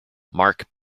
mark